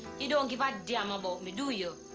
you don't give a damn about me, do you?